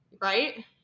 Right